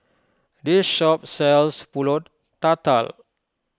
this shop sells Pulut Tatal